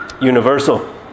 universal